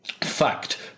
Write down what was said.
fact